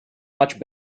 much